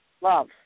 Love